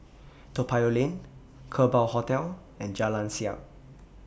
Toa Payoh Lane Kerbau Hotel and Jalan Siap